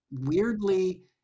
weirdly